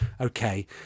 okay